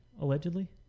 allegedly